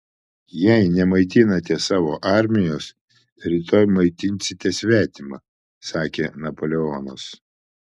jei nemaitinate savo armijos rytoj maitinsite svetimą sakė napoleonas